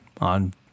on